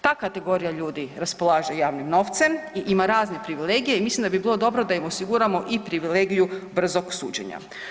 Ta kategorija ljudi raspolaže javnim novcem i ima razne privilegije i mislim da bi bilo dobro da im osiguram i privilegiju brzog suđenja.